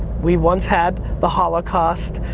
we once had the holocaust,